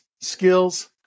skills